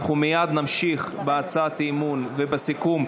אנחנו מייד נמשיך בהצעת האי-אמון ובסיכום,